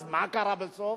אז מה קרה בסוף?